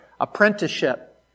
apprenticeship